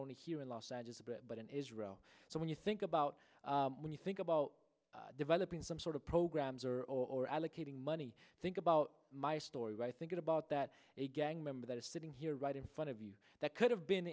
only here in los angeles a bit but in israel so when you think about when you think about developing some sort of programs or or allocating money think about my story right thinking about that a gang member that is sitting here right in front of you that could have been